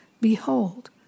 Behold